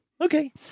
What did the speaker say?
Okay